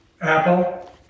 Apple